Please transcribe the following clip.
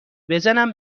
بزنم